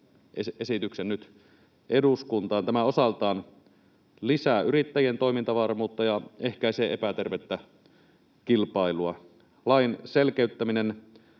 esityksen nyt eduskuntaan. Tämä osaltaan lisää yrittäjien toimintavarmuutta ja ehkäisee epätervettä kilpailua. Lain selkeyttäminen